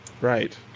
Right